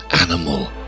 animal